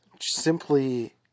simply